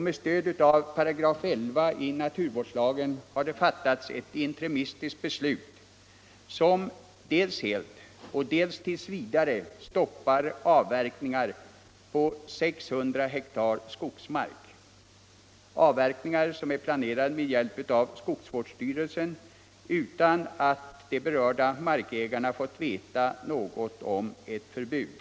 Med stöd av 115 i naturvårdslagen har det fattats ett interimistiskt beslut som delvis helt, delvis tills vidare stoppar markägarnas planerade avverkningar på 600 ha skogsmark. De berörda markägarna har inte fått veta något i förväg om ett förbud.